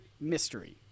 mystery